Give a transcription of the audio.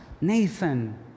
Nathan